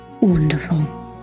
wonderful